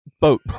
boat